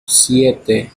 siete